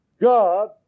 God